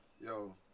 Yo